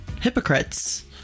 hypocrites